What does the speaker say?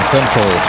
Central